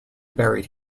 buried